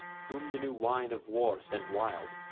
whom the new wine of war sent wild,